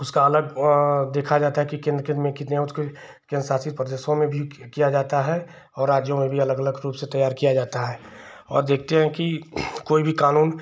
उसका अलग देखा जाता है कि किन किन में कितना केन्द्र शासित प्रदेशों में भी कि किया जाता है और राज्यों में भी अलग अलग रूप से तैयार किया जाता है और देखते हैं कि कोई भी कानून